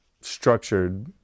structured